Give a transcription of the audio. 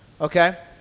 okay